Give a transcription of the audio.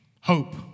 hope